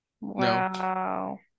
Wow